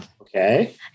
Okay